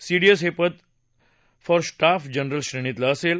CDS पद हे four star general श्रेणीतलं असेल